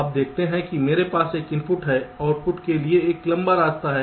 आप देखते हैं कि मेरे पास एक इनपुट है आउटपुट के लिए एक लंबा रास्ता है